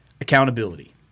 accountability